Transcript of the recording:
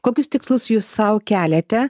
kokius tikslus jūs sau keliate